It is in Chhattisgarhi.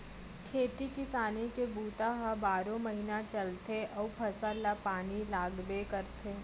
खेती किसानी के बूता ह बारो महिना चलथे अउ फसल ल पानी लागबे करथे